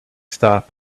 stop